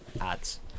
ads